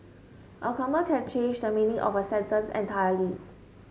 a comma can change the meaning of a sentence entirely